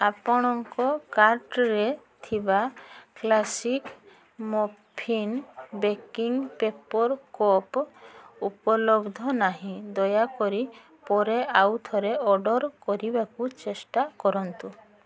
ଆପଣଙ୍କ କାର୍ଟ୍ରେ ଥିବା classic muffin baking paper cup ଉପଲବ୍ଧ ନାହିଁ ଦୟାକରି ପରେ ଆଉ ଥରେ ଅର୍ଡ଼ର୍ କରିବାକୁ ଚେଷ୍ଟା କରନ୍ତୁ